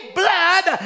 blood